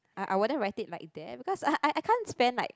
I I wouldn't write it like that because I I can't stand like